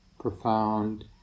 profound